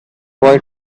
boy